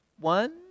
one